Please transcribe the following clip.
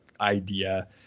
idea